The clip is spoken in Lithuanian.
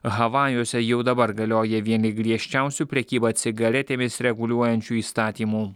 havajuose jau dabar galioja vieni griežčiausių prekybą cigaretėmis reguliuojančių įstatymų